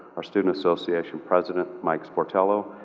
our student association president mike sportiello,